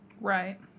Right